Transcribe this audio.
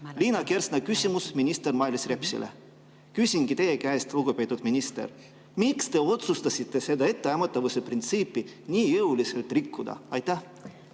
Liina Kersna küsimus minister Mailis Repsile. Küsingi teie käest, lugupeetud minister, miks te otsustasite seda etteaimatavuse printsiipi nii jõuliselt rikkuda. Aitäh!